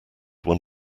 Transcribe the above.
one